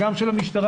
גם של המשטרה,